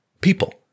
people